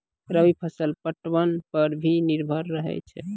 रवि फसल पटबन पर भी निर्भर रहै छै